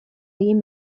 egin